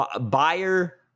buyer